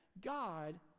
God